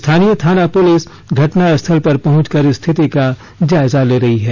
स्थानीय थाना पुलिस घटनास्थल पर पहुंचकर स्थिति का जायजा ले रही है